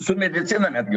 su medicina netgi